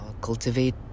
Cultivate